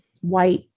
white